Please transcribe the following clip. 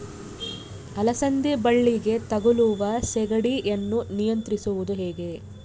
ಅಲಸಂದಿ ಬಳ್ಳಿಗೆ ತಗುಲುವ ಸೇಗಡಿ ಯನ್ನು ನಿಯಂತ್ರಿಸುವುದು ಹೇಗೆ?